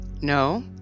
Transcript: No